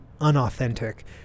unauthentic